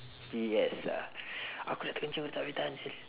yes ah aku nak terkencing dah tak boleh tahan [sial]